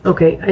Okay